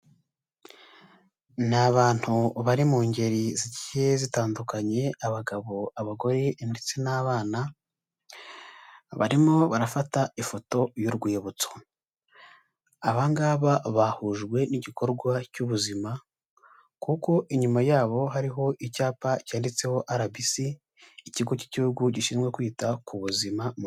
Ni abantu bari mu ngeri zigiye zitandukanye, abagabo, abagore ndetse n'abana, barimo barafata ifoto y'urwibutso, aba ngaba bahujwe n'igikorwa cy'ubuzima kuko inyuma yabo hariho icyapa cyanditseho RBC, ikigo cy'igihugu gishinzwe kwita ku buzima.